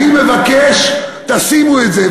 אני מבקש: תשימו את זה,